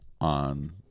on